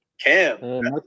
Cam